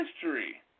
history